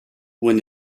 when